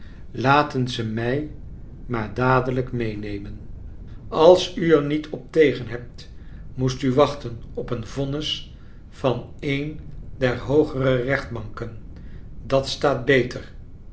laten ze mij maar dadelijk meenemen als u er niet op tegen hebt moest u wachten op een vonnis van een der hoogere rechtbanken dat staat beter